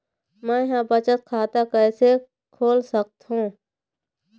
मै ह बचत खाता कइसे खोल सकथों?